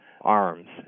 arms